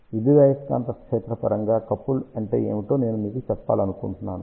విద్యుదయస్కాంత క్షేత్ర పరంగా కపుల్డ్ అంటే ఏమిటో నేను మీకు చెప్పాలనుకుంటున్నాను